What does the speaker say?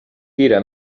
tira